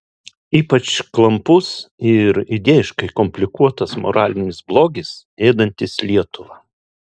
ypač klampus ir idėjiškai komplikuotas moralinis blogis ėdantis lietuvą